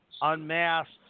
unmasked